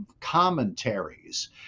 commentaries